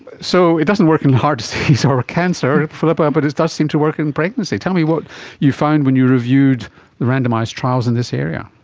so, it doesn't work in heart disease ah or cancer, philippa, but it does seem to work in pregnancy. tell me what you found when you reviewed randomised trials in this area?